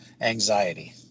anxiety